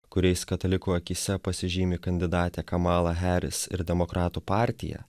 kuriais katalikų akyse pasižymi kandidatė kamala harris ir demokratų partija